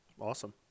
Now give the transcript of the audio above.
Awesome